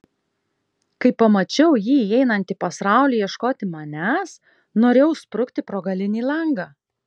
kai pamačiau jį įeinantį pas raulį ieškoti manęs norėjau sprukti pro galinį langą